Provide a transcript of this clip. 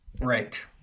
right